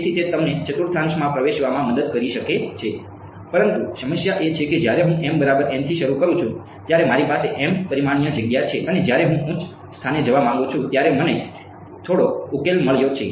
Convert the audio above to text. તેથી તે તમને ચતુર્થાંશમાં પ્રવેશવામાં મદદ કરી શકે છે પરંતુ સમસ્યા એ છે કે જ્યારે હું m બરાબર n થી શરૂ કરું છું ત્યારે મારી પાસે m પરિમાણીય જગ્યા છે અને જ્યારે હું ઉચ્ચ સ્થાને જવા માંગુ છું ત્યારે મને ત્યાં થોડો ઉકેલ મળ્યો છે